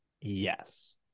Yes